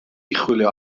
chwilio